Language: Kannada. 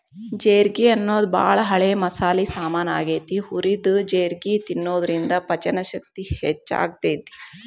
ಜೇರ್ಗಿ ಅನ್ನೋದು ಬಾಳ ಹಳೆ ಮಸಾಲಿ ಸಾಮಾನ್ ಆಗೇತಿ, ಹುರಿದ ಜೇರ್ಗಿ ತಿನ್ನೋದ್ರಿಂದ ಪಚನಶಕ್ತಿ ಹೆಚ್ಚಾಗ್ತೇತಿ